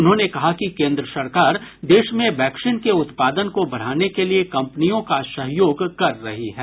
उन्होंने कहा कि केन्द्र सरकार देश में वैक्सीन के उत्पादन को बढाने के लिए कम्पनियों का सहयोग कर रही है